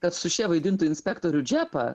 kad sušė vaidintų inspektorių džepą